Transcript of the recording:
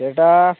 ചേട്ടാ